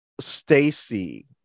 Stacy